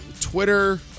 Twitter